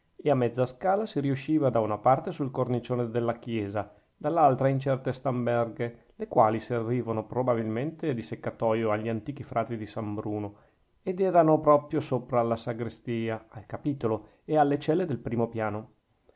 e a mezza scala si riusciva da una parte sul cornicione della chiesa dall'altra in certe stamberghe le quali servivano probabilmente di seccatoio agli antichi frati di san bruno ed erano proprio sopra alla sagrestia al capitolo e alle celle del primo piano